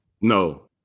No